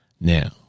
Now